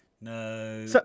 no